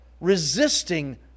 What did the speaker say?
resisting